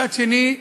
מצד שני,